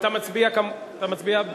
אתה מצביע בעד?